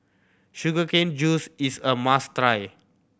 sugar cane juice is a must try